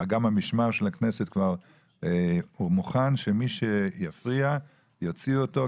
גם משמר הכנסת כבר מוכן שמי שיפריע יוציאו אותו,